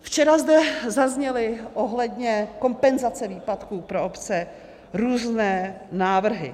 Včera zde zazněly ohledně kompenzace výpadku pro obce různé návrhy.